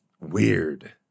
weird